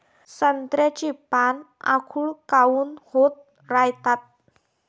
संत्र्याची पान आखूड काऊन होत रायतात?